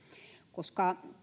koska